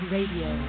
Radio